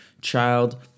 child